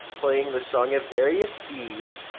playing the song at various speeds,